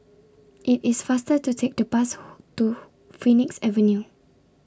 IT IS faster to Take The Bus to Phoenix Avenue